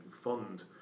fund